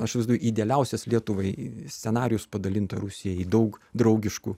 aš vis dar idealiausias lietuvai scenarijus padalinta rusijai daug draugiškų